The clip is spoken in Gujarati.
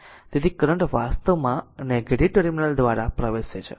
તેથી કરંટ વાસ્તવમાં નેગેટીવ ટર્મિનલ દ્વારા પ્રવેશે છે